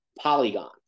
Polygon